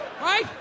Right